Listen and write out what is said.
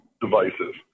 devices